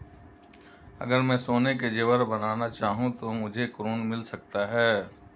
अगर मैं सोने के ज़ेवर बनाना चाहूं तो मुझे ऋण मिल सकता है?